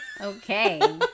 Okay